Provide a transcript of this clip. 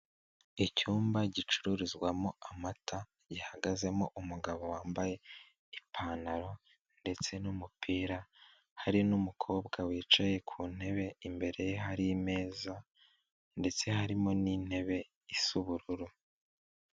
Icyumba gicururizwamo amata gihagazemo umugabo wambaye ipantaro ndetse n'umupira, hari n'umukobwa wicaye ku ntebe imbere ye hari ameza ndetse harimo n'intebe isa ubururu.